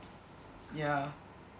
ya